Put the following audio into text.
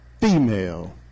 female